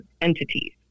entities